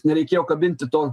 nereikėjo kabinti to